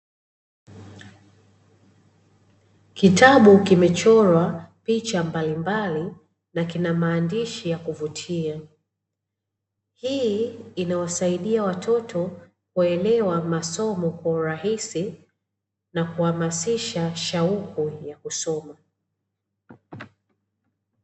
Kitabu kimechorwa picha mbalimbali na kina maandishi ya kuvutia. Hii inawasidia watoto kuelewa masomo kwa urahisi na kuhamasisha shauku ya kusoma.